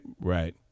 Right